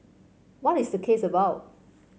what is the case about